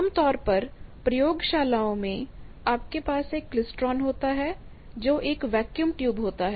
आम तौर पर प्रयोगशालाओं में आपके पास एक क्लेस्ट्रॉन होता है जो एक वैक्यूम ट्यूब होता है